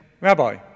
Rabbi